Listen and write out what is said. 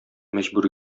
мәҗбүр